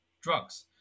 drugs